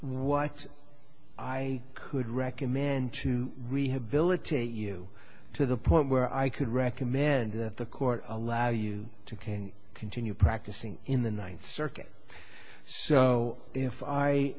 what i could recommend to rehabilitate you to the point where i could recommend the court allows you to can continue practicing in the ninth circuit so if i